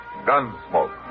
Gunsmoke